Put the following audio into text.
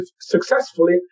successfully